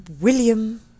William